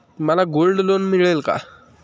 मला gold loan मिळेल का?